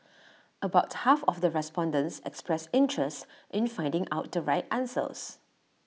about half of the respondents expressed interest in finding out the right answers